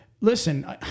listen